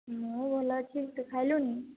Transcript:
ମୁଁ ଭଲ ଅଛି ତୁ ଖାଇଲୁଣି